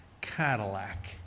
Cadillac